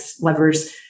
lovers